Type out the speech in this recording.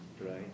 right